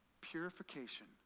Purification